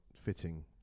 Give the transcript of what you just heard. fitting